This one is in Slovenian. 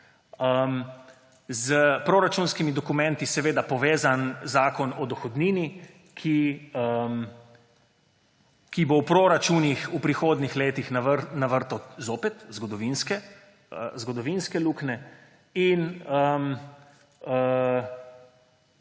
S proračunskimi dokumenti povezan Zakon o dohodnini, ki bo v proračunih v prihodnjih letih navrtal zopet zgodovinske luknje. In